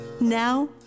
now